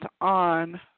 on